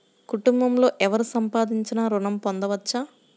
కుటుంబంలో ఎవరు సంపాదించినా ఋణం పొందవచ్చా?